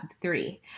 three